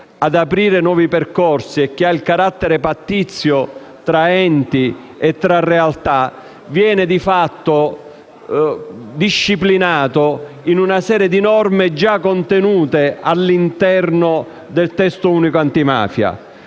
ad aprire nuovi percorsi e che ha un carattere pattizio tra enti viene di fatto disciplinato in una serie di norme già contenute all'interno del Testo unico antimafia.